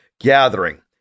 gathering